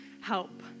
help